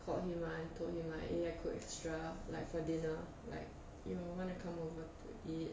called him mah told him like eh I cooked extra like for dinner like you might want to come over to eat